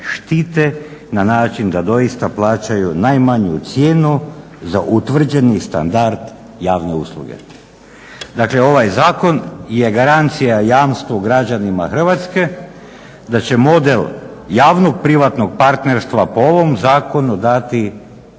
na način da doista plaćaju najmanju cijenu za utvrđeni standard javne usluge. Dakle, ovaj zakon je garancija jamstvu građanima Hrvatske da će model javnog privatnog partnerstva po ovom Zakonu dati